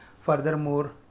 furthermore